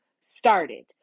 started